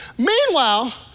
Meanwhile